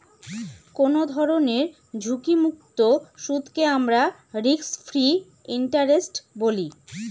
কোনো ধরনের ঝুঁকিমুক্ত সুদকে আমরা রিস্ক ফ্রি ইন্টারেস্ট বলি